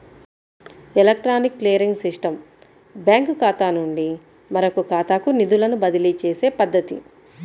electronic clearing system బ్యాంకుఖాతా నుండి మరొకఖాతాకు నిధులను బదిలీచేసే పద్ధతి